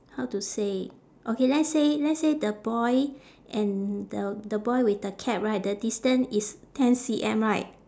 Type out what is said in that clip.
how to say okay let's say let's say the boy and the the boy with the cap right the distance is ten C_M right